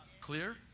clear